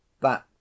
That